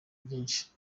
vyinshi